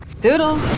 doodle